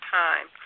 time